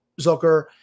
Zucker